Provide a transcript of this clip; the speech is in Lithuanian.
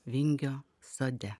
vingio sode